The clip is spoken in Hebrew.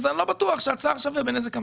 אני לא בטוח שהצער שווה בנזק המלך.